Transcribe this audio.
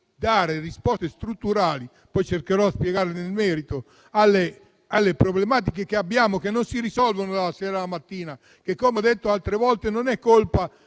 dare risposte strutturali (poi cercherò di spiegarle nel merito) alle problematiche che abbiamo, che non si risolvono dalla sera alla mattina e che - come ho detto altre volte - non sono colpa